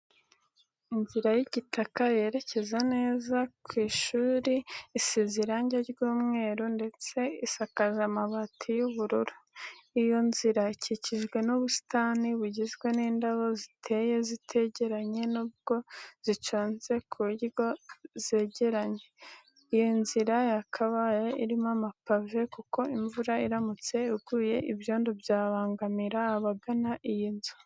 Inzira y'igitaka yerekeza neza neza ku isa neza isize irange ry'umweru ndetse idakaje amabati y'ubururu. Iyo nzira ikikijwe n'ubusitani bugizwe n'indabo ziteye zitegeranye nubwo ziconze ku buryo zirenya. Iyi nzira yakabaye irimo amapave kuko imvura iramutse iguye ibyondo byabangamira abagana iyi nzu.